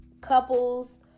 couples